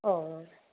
औ